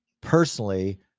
personally